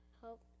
help